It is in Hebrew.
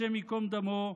השם ייקום דמו,